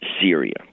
Syria